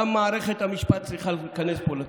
גם מערכת המשפט צריכה להיכנס פה לתמונה.